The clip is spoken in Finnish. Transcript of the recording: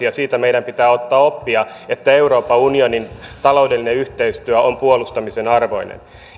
ja siitä meidän pitää ottaa oppia että euroopan unionin taloudellinen yhteistyö on puolustamisen arvoinen